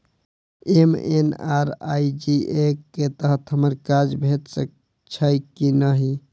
MNREGA कऽ तहत हमरा काज भेट सकय छई की नहि?